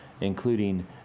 including